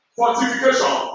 fortification